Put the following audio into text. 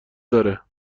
داره